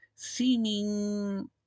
seeming